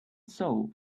soul